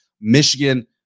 Michigan